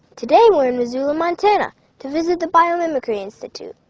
today we're in the zoo in montana to visit the biomimicry institute.